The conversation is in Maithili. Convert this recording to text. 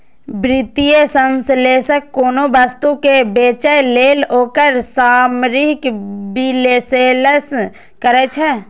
वित्तीय विश्लेषक कोनो वस्तु कें बेचय लेल ओकर सामरिक विश्लेषण करै छै